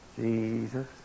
Jesus